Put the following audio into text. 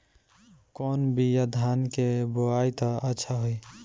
कौन बिया धान के बोआई त अच्छा होई?